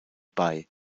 bei